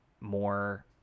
more